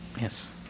Yes